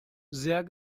sehr